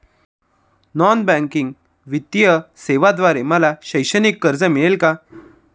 Non banking वित्तीय सेवेद्वारे मला शैक्षणिक कर्ज मिळेल का?